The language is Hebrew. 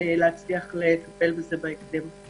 להצליח לטפל בזה בהקדם.